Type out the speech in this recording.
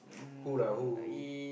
who lah who who who